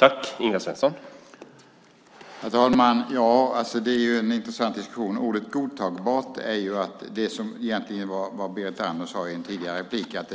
Herr talman! Det är en intressant diskussion om ordet godtagbart. Berit Andnor sade i en tidigare replik att